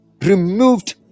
Removed